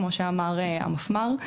כמו שאמר המפמ"ר,